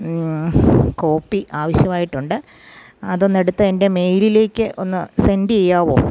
copy ആവശ്യമായിട്ടുണ്ട് അതൊന്നടുത്ത് എൻ്റെ മെയിലിലേക്ക് ഒന്ന് സെൻഡ് ചെയ്യാമോ